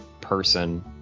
person